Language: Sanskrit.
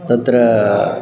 तत्र